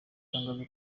itangazo